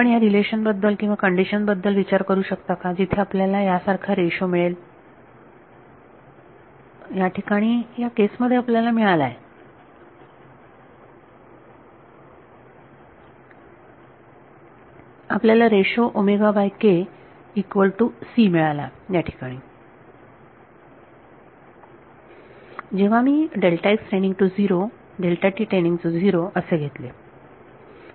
आपण या रिलेशन बद्दल किंवा कंडीशन बद्दल विचार करू शकता का जिथे आपल्याला यासारखा रेशो मिळेल या ठिकाणी या केस मध्ये आपल्याला मिळाला आहे आपल्याला रेशो मिळाला याठिकाणी जेव्हा मी असे घेतले